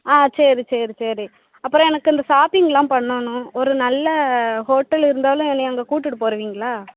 ஆ சரி சரி சரி அப்புறம் எனக்கிந்த ஷாப்பிங்கெலாம் பண்ணணும் ஒரு நல்ல ஹோட்டலிருந்தாலும் என்னைய அங்கே கூட்டிகிட்டு போவீங்களா